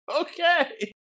Okay